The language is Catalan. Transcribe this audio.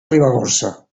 ribagorça